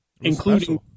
including